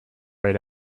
right